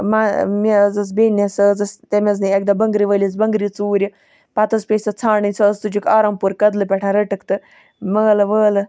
مےٚ حظ ٲسۍ بیٚنہِ سۄ حظ ٲسۍ تمۍ حظ نی اَکہِ دۄہہ بٕنٛگرِ وٲلِس بٕنٛگرٕ ژوٗرِ پَتہٕ حظ پیٚیہِ سۄ ژھانٛرٕنۍ سۄ حظ تُجِکھ آرَم پور کٔدلہٕ پٮ۪ٹھ رٔٹکھ تہٕ مٲلہٕ وٲلہٕ